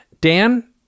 Dan